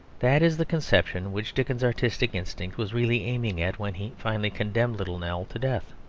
that is the conception which dickens's artistic instinct was really aiming at when he finally condemned little nell to death,